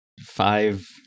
five